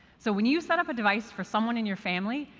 so when you set up a device for someone in your family,